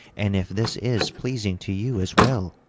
and if this is pleasing to you as well,